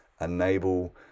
enable